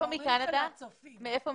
מאיפה בקנדה?